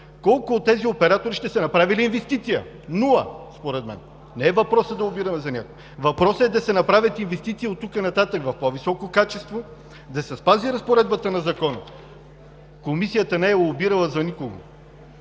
колко от тези оператори ще са направили инвестиция? Нула според мен. Не е въпросът да лобираме за някой. Въпросът е да се направят инвестиции оттук нататък в по-високо качество, да се спази разпоредбата на закона. Комисията не е лобирала за никого.